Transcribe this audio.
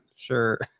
sure